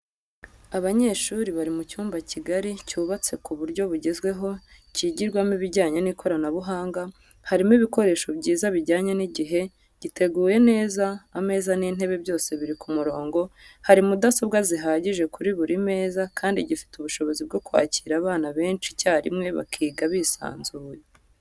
Abanyeshuri bari mu cyumba kigari cyubatse ku buryo bugezweho kigirwamo ibijyanye n'ikoranabuhanga, harimo ibikoresho byiza bijyanye n'igihe, giteguye neza, ameza n'intebe byose biri ku murongo, hari mudasobwa zihagije kuri buri meza kandi gifite ubushobozi bwo kwakira abana benshi icyarimwe bakiga bisanzuye.